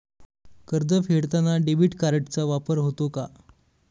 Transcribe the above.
कर्ज फेडताना डेबिट कार्डचा वापर होतो का?